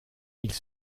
ils